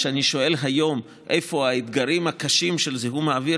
כשאני שואל היום איפה האתגרים הקשים של זיהום האוויר,